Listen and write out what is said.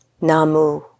Namu